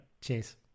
Cheers